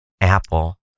Apple